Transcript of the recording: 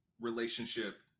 relationship